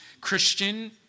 Christian